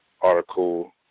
article